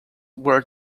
were